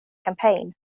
campaign